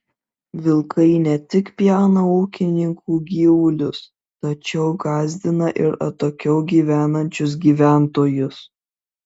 vilkai ne tik pjauna ūkininkų gyvulius tačiau gąsdina ir atokiau gyvenančius gyventojus